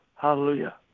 Hallelujah